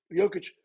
Jokic